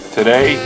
Today